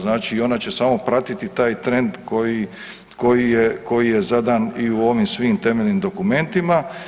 Znači i ona će samo pratiti taj trend koji, koji je zadan i u ovim svim temeljnim dokumentima.